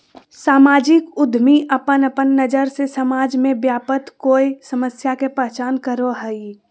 सामाजिक उद्यमी अपन अपन नज़र से समाज में व्याप्त कोय समस्या के पहचान करो हइ